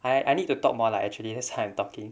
I I need to talk more lah actually that's why I'm talking